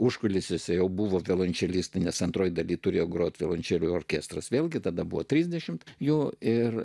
užkulisiuose jau buvo violončelės nes antroje dalyje turėjo groti violončele orkestras vėlgi tada buvo trisdešimt jų ir